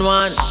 one